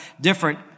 different